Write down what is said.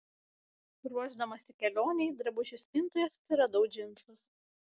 ruošdamasi kelionei drabužių spintoje susiradau džinsus